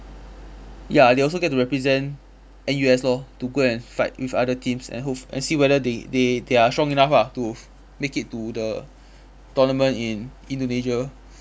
ya they also get to represent N_U_S lor to go and fight with other teams and hopef~ and see whether they they they are strong enough ah to make it to the tournament in indonesia